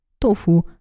tofu